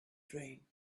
dream